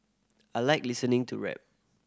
I like listening to rap